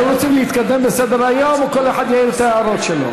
אתם רוצים להתקדם בסדר-היום או כל אחד יעיר את ההערות שלו?